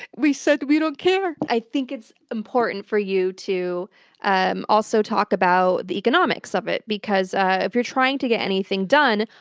we said, we don't care! i think it's important for you to and also talk about the economics of it, because ah if you're trying to get anything done,